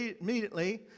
immediately